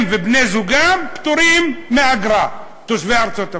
הם ובני-זוגם פטורים מאגרה, תושבי ארצות-הברית.